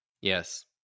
Yes